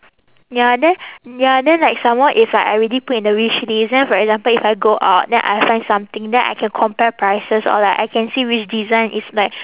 ya then ya then like some more if like I already put in the wishlist then for example if I go out then I find something then I can compare prices or like I can see which design is like